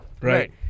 Right